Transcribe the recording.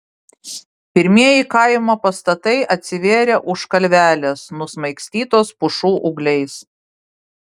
pirmieji kaimo pastatai atsivėrė už kalvelės nusmaigstytos pušų ūgliais